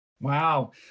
Wow